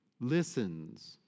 listens